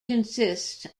consists